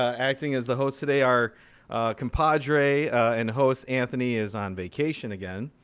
acting as the host today. our compadre and host anthony is on vacation again.